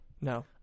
No